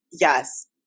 yes